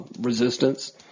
Resistance